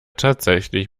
tatsächlich